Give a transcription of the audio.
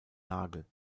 nagel